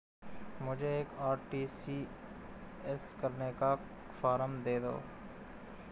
मुझे एक आर.टी.जी.एस करने का फारम दे दो?